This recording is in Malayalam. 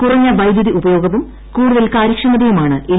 കുറഞ്ഞ വൈദ്യുതി ഉപയോഗവും കൂടുതൽ കാര്യക്ഷമതയുമാണ് എൽ